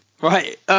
Right